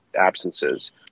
absences